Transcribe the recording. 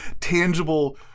tangible